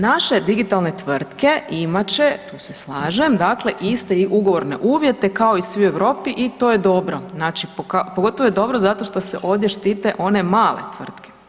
Naše digitalne tvrtke imat će, tu se slažem, dakle iste ugovorne uvjete kao i svi u Europi i to je dobro, znači pogotovo je dobro zato što se ovdje štite one male tvrtke.